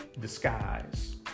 disguise